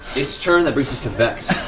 its turn. that brings us to vex.